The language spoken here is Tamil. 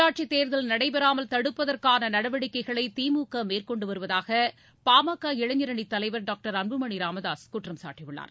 உள்ளாட்சி தேர்தல் நடைபெறாமல் தடுப்பதற்கான நடவடிக்கைகளை திமுக மேற்கொண்டு வருவதாக பா ம க இளைஞர் அணி தலைவர் டாக்டர் அன்புமணி ராமதாஸ் குற்றம் சாட்டியுள்ளார்